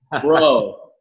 bro